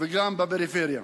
וגם בפריפריה.